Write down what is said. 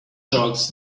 sharks